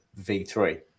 V3